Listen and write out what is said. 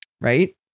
right